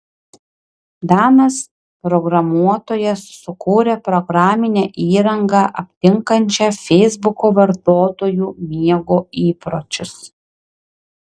danas programuotojas sukūrė programinę įrangą aptinkančią feisbuko vartotojų miego įpročius